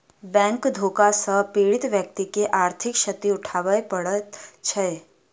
bank धोखा सॅ पीड़ित व्यक्ति के आर्थिक क्षति उठाबय पड़ैत छै